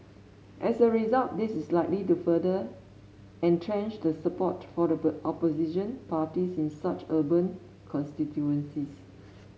as a result this is likely to further entrench the support for the opposition parties in such urban constituencies